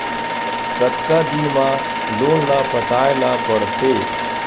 कतका दिन मा लोन ला पटाय ला पढ़ते?